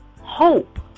hope